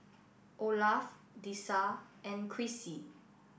Olaf Dessa and Crissy